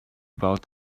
about